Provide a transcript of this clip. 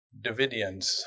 Davidians